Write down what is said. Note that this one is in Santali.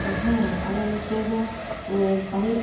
ᱦᱮᱸ ᱟᱞᱮ ᱱᱚᱛᱮᱫᱚ ᱯᱟᱹᱦᱤᱞ